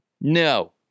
no